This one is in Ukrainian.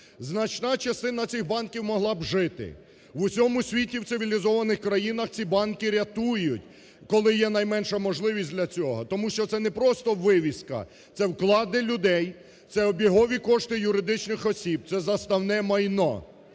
Значна частина цих банків могла б жити. В усьому світу в цивілізованих країнах ці банки рятують, коли є найменша можливість для цього. Тому що це не просто вивіска, це вклади людей, це обігові кошти юридичних осіб, це заставне майно.